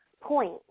point